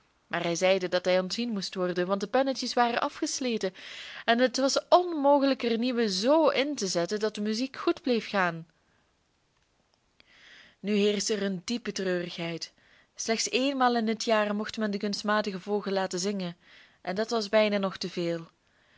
maar hij zeide dat hij ontzien moest worden want de pennetjes waren afgesleten en het was onmogelijk er nieuwe z in te zetten dat de muziek goed bleef gaan nu heerschte er een diepe treurigheid slechts eenmaal in het jaar mocht men den kunstmatigen vogel laten zingen en dat was bijna nog